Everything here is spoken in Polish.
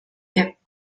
jak